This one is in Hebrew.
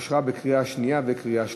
אושר בקריאה שנייה וקריאה שלישית.